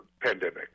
pandemic